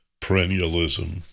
perennialism